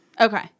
Okay